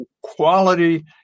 quality